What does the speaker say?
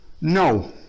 No